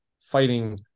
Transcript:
fighting